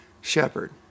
shepherd